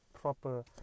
proper